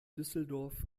düsseldorf